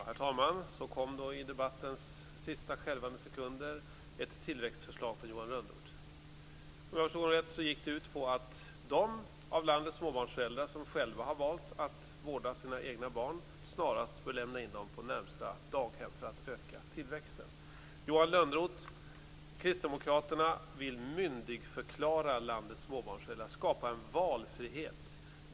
Herr talman! Så kom i debattens sista skälvande sekunder ett tilläggsförslag från Johan Lönnroth. Såvitt jag förstod gick det ut på att de av landets småbarnsföräldrar som själva har valt att vårda sina egna barn snarast bör lämna in dem på närmaste daghem för att öka tillväxten. Johan Lönnroth, kristdemokraterna vill myndigförklara landets småbarnsföräldrar, skapa en valfrihet.